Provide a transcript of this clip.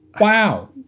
Wow